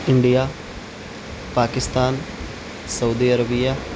India Pakistan Saudi Arabia